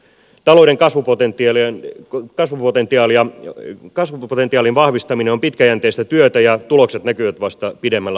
talouden kasvu kuten pieleen kun kaasupotentiaalia ei kasvupotentiaalin vahvistaminen on pitkäjänteistä työtä ja tulokset näkyvät vasta pidemmällä aikajänteellä